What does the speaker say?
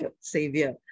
savior